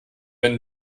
wenn